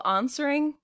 answering